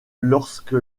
lorsque